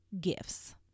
gifts